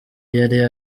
yari